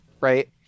Right